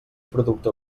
producte